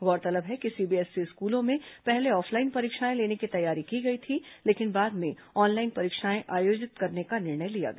गौरतलब है कि सीबीएसई स्कूलों में पहले ऑफलाइन परीक्षाएं लेने की तैयारी की गई थी लेकिन बाद में ऑनलाइन परीक्षाएं आयोजित करने का निर्णय लिया गया